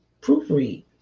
Proofread